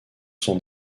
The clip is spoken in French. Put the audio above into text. sont